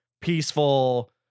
peaceful